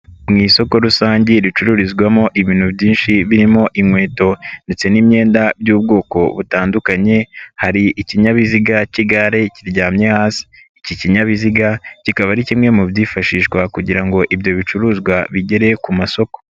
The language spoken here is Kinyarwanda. Mu isoko rusange ricururizwamo ibintu byinshi birimo inkweto ndetse n'imyenda by'ubwoko butandukanye, hari ikinyabiziga cy'igare kiryamye hasi. Iki kinyabiziga kikaba ari kimwe mu byifashishwa kugira ngo ibyo bicuruzwa bigere ku amasoko.